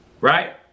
right